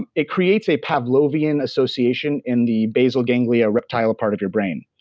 and it creates a pavlovian association in the basal ganglia reptile part of your brain.